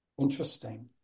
Interesting